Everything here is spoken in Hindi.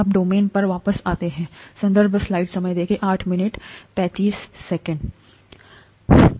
अब डोमेन पर वापस आते हैं